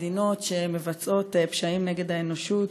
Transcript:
מדינות שמבצעות פשעים נגד האנושות